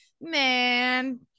man